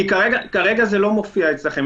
כי כרגע זה לא מופיע אצלכם.